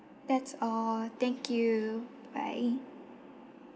that's all thank you bye